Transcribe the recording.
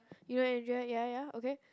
you know Andrea ya ya okay